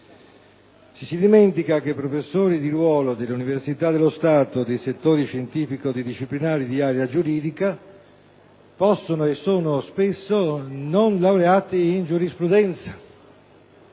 si dimentica che i professori di ruolo delle università dello Stato dei settori scientifico-disciplinari di area giuridica possono non essere, e ciò spesso avviene, non laureati in giurisprudenza.